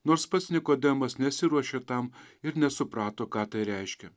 nors pats nikodemas nesiruošė tam ir nesuprato ką tai reiškia